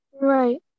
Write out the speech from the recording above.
Right